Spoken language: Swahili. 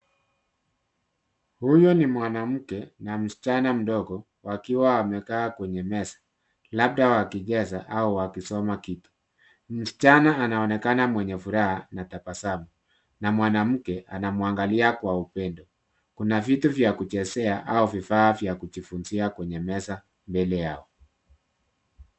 Huyu ni mwanamke na msichana mdogo wakiwa wamekaa kwenye meza, labda wakicheza au wakisoma kitu. Msichana anaonekana mwenye furaha na tabasamu, na mwanamke anamwangalia kwa upendo. Kuna vitu vya kuchezea au vifaa vya kujifunzia kwenye meza mbele yao.